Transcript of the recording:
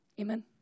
Amen